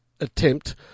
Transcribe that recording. attempt